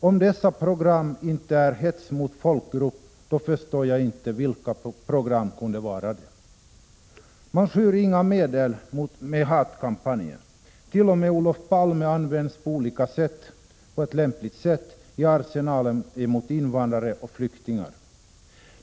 Om dessa program inte är ”hets mot folkgrupp” förstår jag inte vilka program som kan vara det. Man skyr inga medel i hatkampanjen. T. o. m. Olof Palme användes på olika lämpliga sätt i arsenalen emot invandrare och flyktingar.